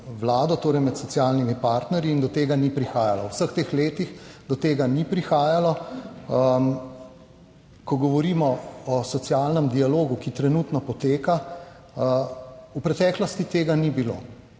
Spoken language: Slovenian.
Vlado, torej med socialnimi partnerji in do tega ni prihajalo, v vseh teh letih do tega ni prihajalo, ko govorimo o socialnem dialogu, ki trenutno poteka. V preteklosti tega ni bilo